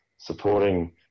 supporting